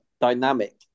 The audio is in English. dynamic